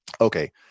Okay